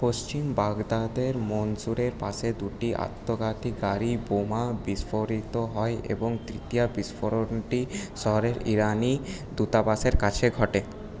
পশ্চিম বাগদাদের মনসুরের পাশে দুটি আত্মঘাতী গাড়ি বোমা বিস্ফোরিত হয় এবং তৃতীয় বিস্ফোরণটি শহরের ইরানি দূতাবাসের কাছে ঘটে